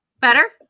Better